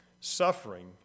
Suffering